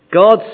God's